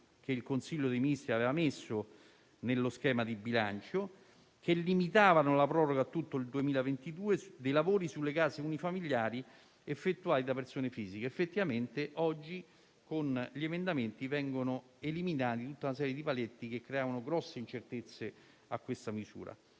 che il Consiglio dei ministri aveva messo nello schema di bilancio, che limitavano a tutto il 2022 la proroga del *bonus* per i lavori sulle case unifamiliari effettuati da persone fisiche. Effettivamente oggi con gli emendamenti vengono eliminati tutta una serie di paletti che creavano notevoli incertezze a questa misura.